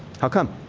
how come?